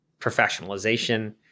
professionalization